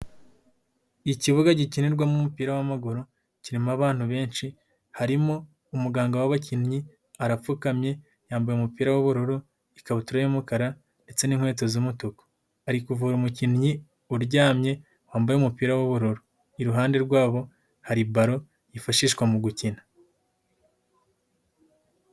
Ikibuga gikinirwamo umupira w'amaguru kirimo abantu benshi, harimo umuganga w'abakinnyi arapfukamye yambaye umupira w'ubururu, ikabutura y'umukara ndetse n'inkweto z'umutuku, ari kuvura umukinnyi uryamye wambaye umupira w’ubururu. Iruhande rwabo hari balo yifashishwa mu gukina.